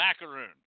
macaroon